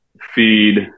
feed